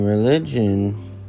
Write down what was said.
Religion